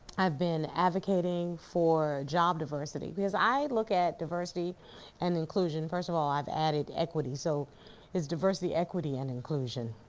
i've been advocating for job diversity because i look at diversity and inclusion. first of all, i've added equity so it's diversity, equity and inclusion.